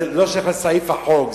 זה לא שייך לסעיף החוק,